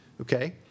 okay